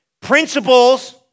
Principles